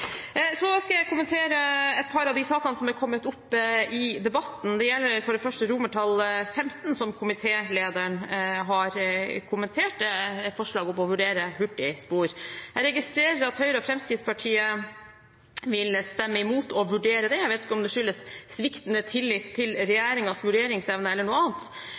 Så skal jeg kommentere et par av de sakene som er kommet opp i debatten. Det gjelder for det første XV, som komitélederen har kommentert, et forslag om å vurdere hurtigspor. Jeg registrerer at Høyre og Fremskrittspartiet vil stemme imot å vurdere det – jeg vet ikke om det skyldes sviktende tillit til regjeringens vurderingsevne eller noe annet.